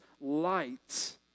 light